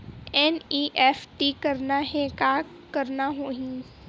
NEFT करना हे का करना होही?